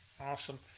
Awesome